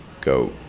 go